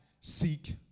seek